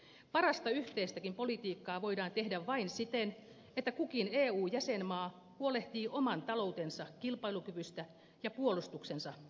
parasta yhteistäkin politiikkaa voidaan tehdä vain siten että kukin eun jäsenmaa huolehtii oman taloutensa kilpailukyvystä ja puolustuksensa uskottavuudesta